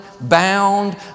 bound